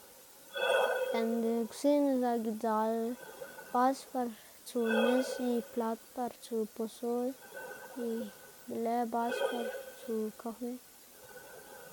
lën dekwsiꞌnná zak idzal bas par tsu nis y plat par tsu posol y be lë bas par tsu kafe.